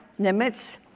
Nimitz